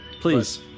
please